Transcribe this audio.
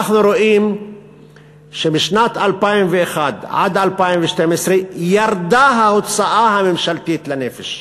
אנחנו רואים שמשנת 2001 עד 2012 ירדה ההוצאה הממשלתית לנפש.